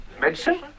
Medicine